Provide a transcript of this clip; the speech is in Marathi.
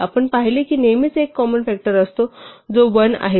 आपण पाहिले की नेहमीच एक कॉमन फ़ॅक्टर असतो जो 1 आहे